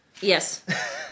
Yes